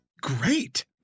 great